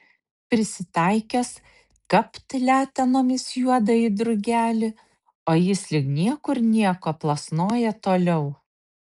prisitaikęs kapt letenomis juodąjį drugelį o jis lyg niekur nieko plasnoja toliau